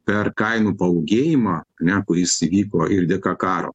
per kainų paūgėjimą ane kuris įvyko ir dėka karo